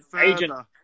agent